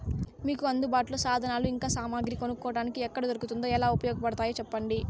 మీకు అందుబాటులో సాధనాలు ఇంకా సామగ్రి కొనుక్కోటానికి ఎక్కడ దొరుకుతుందో ఎలా ఉపయోగపడుతాయో సెప్పండి?